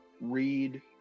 read